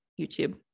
YouTube